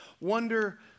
wonder